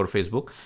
Facebook